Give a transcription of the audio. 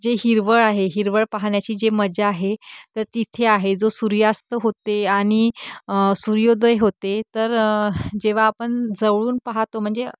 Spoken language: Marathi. जे हिरवळ आहे हिरवळ पाहण्याची जे मजा आहे तर तिथे आहे जो सूर्यास्त होते आणि सूर्योदय होते तर जेव्हा आपण जवळून पाहतो म्हणजे